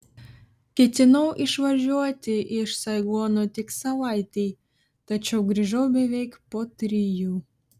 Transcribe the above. ketinau išvažiuoti iš saigono tik savaitei tačiau grįžau beveik po trijų